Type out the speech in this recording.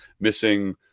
missing